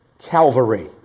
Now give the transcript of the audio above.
Calvary